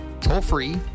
toll-free